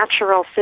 natural